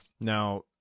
Now